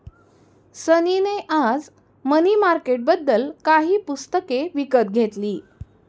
सनी ने आज मनी मार्केटबद्दल काही पुस्तके विकत घेतली